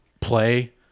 play